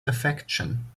affection